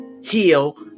heal